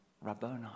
Rabboni